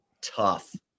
tough